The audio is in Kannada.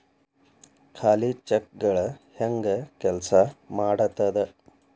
ಖಾಲಿ ಚೆಕ್ಗಳ ಹೆಂಗ ಕೆಲ್ಸಾ ಮಾಡತದ?